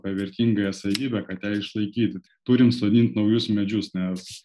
tą vertingąją savybę kad ją išlaikyt turim sodint naujus medžius nes